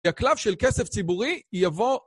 יקלף של כסף ציבורי יבוא...